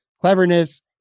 cleverness